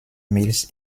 meals